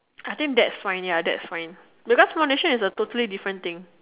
I think that's fine ya that's fine because foundation is a totally different thing